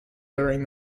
during